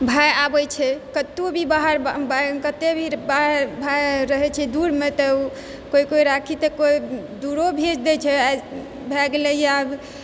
भाइ आबै छै कतौ भी बाहर कते भी बाहर भाइ रहै छै दूरमे तऽ ओ कोइ कोइ राखी तऽ कोइ दूरो भेज दै छै भए गेलैए आब